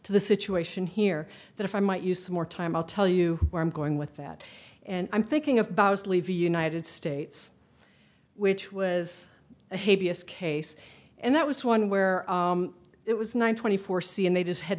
to the situation here that if i might use more time i'll tell you where i'm going with that and i'm thinking of bows leave the united states which was a hideous case and that was one where it was nine twenty four c and they just had